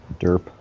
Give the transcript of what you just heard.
Derp